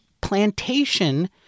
Plantation